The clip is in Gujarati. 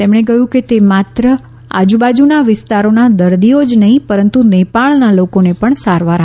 તેમણે કહ્યું કે તે માત્ર આજુબાજુના વિસ્તારોના દર્દીઓ જ નહીં પરંતુ નેપાળના લોકોને પણ સારવાર આપશે